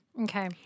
Okay